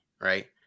Right